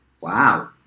Wow